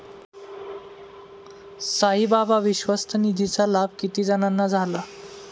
साईबाबा विश्वस्त निधीचा लाभ किती जणांना झाला?